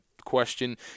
question